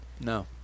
No